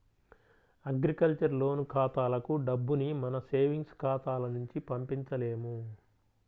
agriculture loan ఖాతాలకు డబ్బుని మన సేవింగ్స్ ఖాతాల నుంచి పంపించలేము